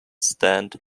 stand